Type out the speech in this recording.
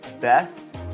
best